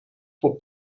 for